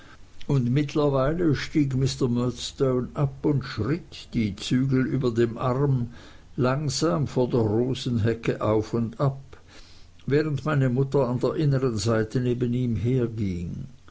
und mittlerweile stieg mr murdstone ab und schritt die zügel über dem arm langsam vor der rosenhecke auf und ab während meine mutter an der innern seite neben ihm herging